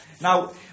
Now